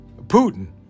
Putin